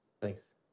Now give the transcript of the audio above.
Thanks